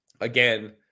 Again